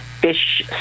fish